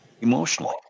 emotionally